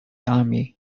army